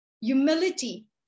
humility